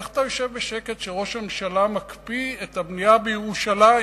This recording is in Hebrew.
איך אתה יושב בשקט כשראש הממשלה מקפיא את הבנייה בירושלים?